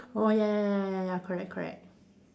oh ya ya ya ya ya correct correct